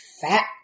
fat